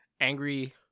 angry